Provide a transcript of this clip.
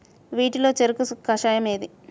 వీటిలో చెరకు కషాయం ఏది?